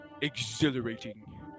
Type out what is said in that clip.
exhilarating